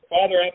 Father